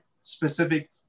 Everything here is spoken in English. specific